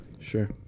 sure